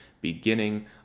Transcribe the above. beginning